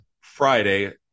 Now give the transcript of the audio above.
Friday